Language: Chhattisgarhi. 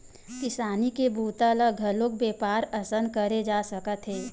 किसानी के बूता ल घलोक बेपार असन करे जा सकत हे